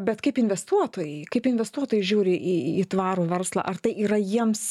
bet kaip investuotojai kaip investuotojai žiūri į į tvarų verslą ar tai yra jiems